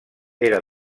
era